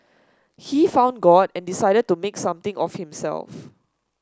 he found God and decided to make something of himself